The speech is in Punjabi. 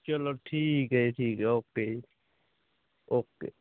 ਚਲੋ ਠੀਕ ਹੈ ਠੀਕ ਹੈ ਓਕੇ ਜੀ ਓਕੇ